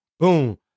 Boom